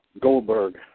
Goldberg